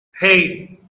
hey